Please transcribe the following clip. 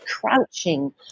crouching